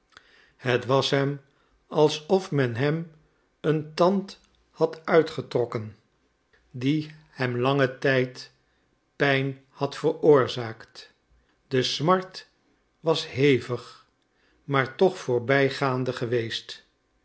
het was hem alsof men hem een tand had uitgetrokken die hem langen tijd pijn had veroorzaakt de smart was hevig maar toch voorbijgaande geweest